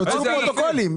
תוציאו פרוטוקולים.